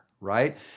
right